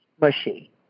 mushy